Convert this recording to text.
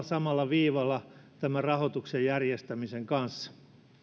samalla viivalla tämän rahoituksen järjestämisen kanssa